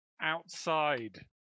Outside